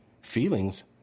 feelings